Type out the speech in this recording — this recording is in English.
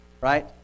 right